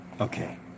okay